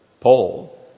Paul